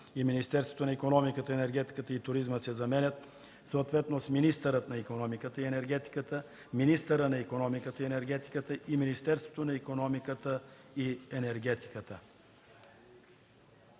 и „Министерството на икономиката, енергетиката и туризма” се заменят съответно с „министърът на икономиката и енергетиката”, „министъра на икономиката и енергетиката” и „Министерството на икономиката и енергетиката”.